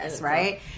Right